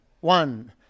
One